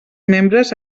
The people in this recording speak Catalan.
membres